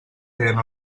feien